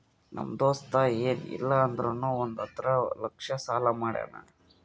ನಮ್ ದೋಸ್ತ ಎನ್ ಇಲ್ಲ ಅಂದುರ್ನು ಒಂದ್ ಹತ್ತ ಲಕ್ಷ ಸಾಲಾ ಮಾಡ್ಯಾನ್